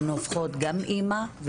הן הופכות גם אימא,